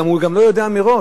והוא גם לא יודע מראש.